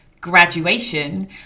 graduation